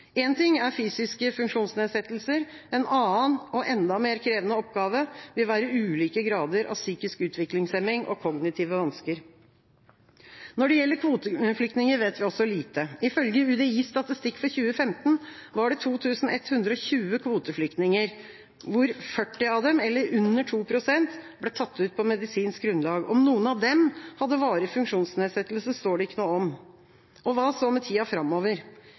En ting er fysiske funksjonsnedsettelser – en annen og enda mer krevende oppgave vil være ulike grader av psykisk utviklingshemning og kognitive vansker. Når det gjelder kvoteflyktninger, vet vi også lite. Ifølge UDIs statistikk for 2015 var det 2 120 kvoteflyktninger, hvor 40 av dem – eller under 2 pst. – ble tatt ut på medisinsk grunnlag. Om noen av dem hadde varige funksjonsnedsettelser, står det ikke noe om. Og hva så med tida framover?